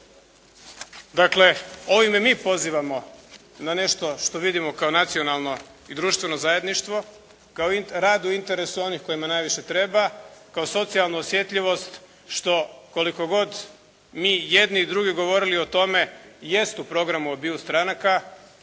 Dakle, ovime mi pozivamo na nešto što vidimo kao nacionalno i društveno zajedništvo kao rad u interesu onih kojima najviše treba, kao socijalnu osjetljivost što koliko god mi jedni i drugi govorili o tome jest u programu obiju stranaka